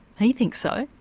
and he thinks so.